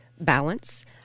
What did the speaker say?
balance